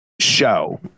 show